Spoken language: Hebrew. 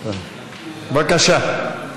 בבקשה.